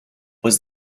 was